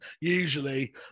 Usually